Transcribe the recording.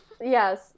Yes